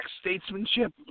statesmanship